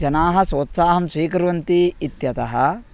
जनाः सोत्साहं स्वीकुर्वन्ति इत्यतः